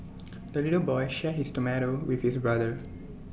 the little boy shared his tomato with his brother